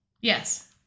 Yes